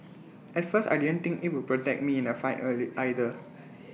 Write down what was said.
at first I didn't think IT would protect me in A fight early either